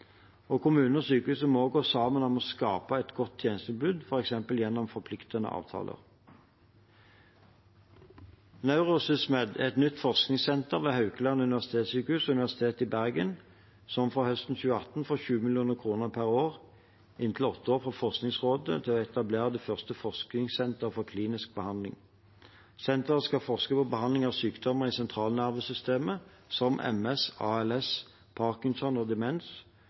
og sykehus må gå sammen om å skape gode tjenestetilbud, f.eks. gjennom forpliktende avtaler. Neuro-SysMed er et nytt forskningssenter ved Haukeland universitetssjukehus og Universitetet i Bergen, som fra høsten 2018 får 20 mill. kr per år i inntil åtte år fra Forskningsrådet til å etablere det første forskningssenteret for klinisk behandling. Senteret skal forske på behandling av sykdommer i sentralnervesystemet – som MS, ALS, Parkinson og demens